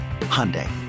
Hyundai